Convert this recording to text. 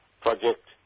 Project